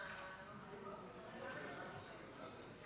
נא לסכם את הקולות.